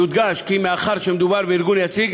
יודגש כי מאחר שמדובר בארגון יציג,